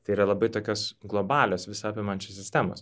tai yra labai tokios globalios visa apimančios sistemos